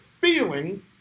feeling